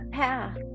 path